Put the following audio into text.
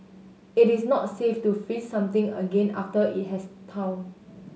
it is not safe to freeze something again after it has thawed